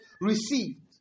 Received